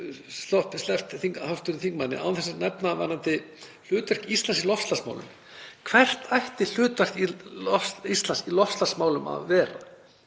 sleppt hv. þingmanni án þess að nefna hlutverk Íslands í loftslagsmálum. Hvert ætti hlutverk Íslands í loftslagsmálum að vera?